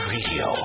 Radio